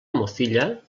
mozilla